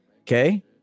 Okay